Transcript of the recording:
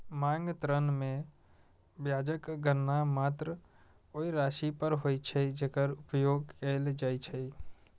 मांग ऋण मे ब्याजक गणना मात्र ओइ राशि पर होइ छै, जेकर उपयोग कैल जाइ छै